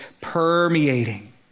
permeating